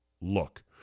look